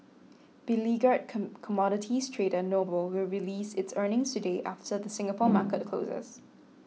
beleaguered come commodities trader noble will release its earnings today after the Singapore market closes